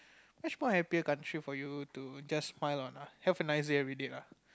much more happier country for you to just smile on ah have a nice day everyday lah